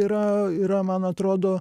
yra yra man atrodo